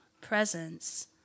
presence